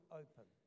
open